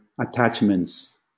attachments